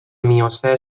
miocè